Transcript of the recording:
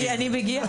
כי אני מגיעה.